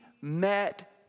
met